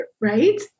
right